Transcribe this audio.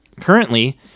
currently